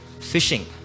Fishing